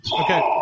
okay